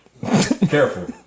Careful